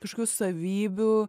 kažkokių savybių